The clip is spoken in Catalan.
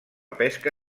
pesca